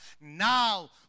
Now